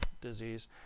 disease